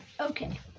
okay